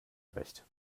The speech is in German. recht